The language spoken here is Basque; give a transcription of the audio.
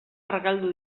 argaldu